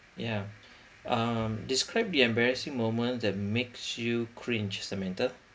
ya um describe the embarrassing moment that makes you cringe samantha